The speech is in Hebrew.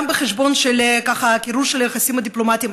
גם על חשבון של קירור היחסים הדיפלומטיים.